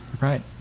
right